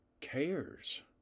cares